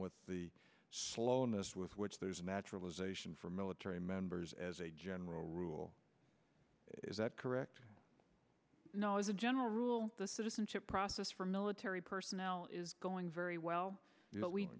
with the slowness with which there's naturalization for military members as a general rule is that correct no as a general rule the citizenship process for military personnel is going very well but we